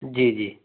जी जी